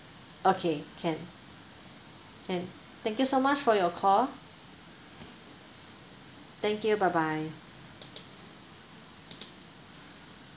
okay can can thank you so much for your call thank you bye bye